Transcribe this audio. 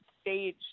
stage